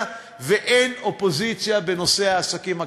ואין אופוזיציה בנושא העסקים הקטנים,